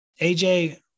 AJ